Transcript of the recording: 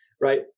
Right